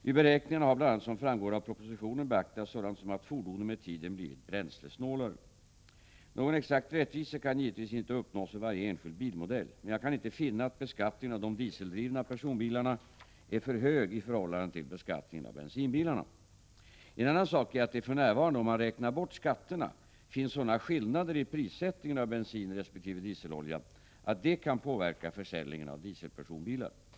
Vid beräkningarna har bl.a., som framgår av propositionen, beaktats sådant som att fordonen med tiden blivit bränslesnålare. Någon exakt rättvisa kan givetvis inte uppnås för varje enskild bilmodell, men jag kan inte finna att beskattningen av de dieseldrivna personbilarna är för hög i förhållande till beskattningen av bensinbilarna. En annan sak är att det för närvarande, om man räknar bort skatterna, finns sådana skillnader i prissättningen av bensin resp. dieselolja att detta kan påverka försäljningen av dieselpersonbilar.